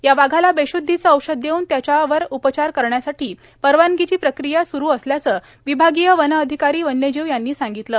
या वाघाला बेशुद्दीचं औषध देऊन त्याच्या उपचार करण्यासाठी परवानगीची प्रक्रिया सुरू असल्याचं विभागीय वन अधिकारी वन्यजीव यांनी सांगितलं